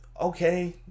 okay